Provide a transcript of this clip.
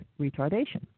retardation